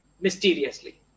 mysteriously